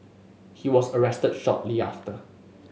he was arrested shortly after